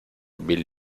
bill